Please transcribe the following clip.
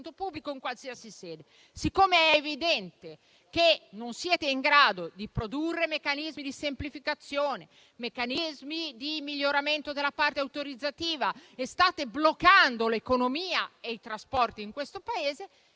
pubblico in qualsiasi sede. Siccome è evidente che non siete in grado di produrre meccanismi di semplificazione e di miglioramento della parte autorizzativa, e che state bloccando l’economia e i trasporti in questo Paese,